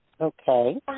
Okay